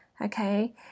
okay